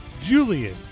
Julian